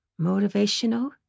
motivational